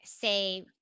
say